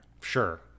sure